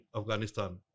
Afghanistan